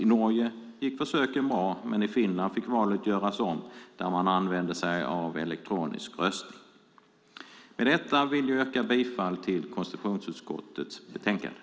I Norge gick försöket bra, men i Finland fick valet göras om i de fall man använde sig av elektronisk röstning. Med detta vill jag yrka bifall till konstitutionsutskottets förslag i betänkandet.